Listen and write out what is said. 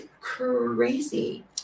crazy